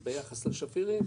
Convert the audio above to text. ביחס לשפירים,